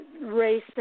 Race